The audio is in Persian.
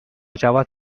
جواد